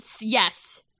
Yes